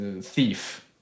thief